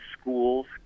schools